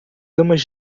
damas